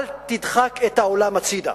אל תדחק את העולם הצדה.